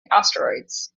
asteroids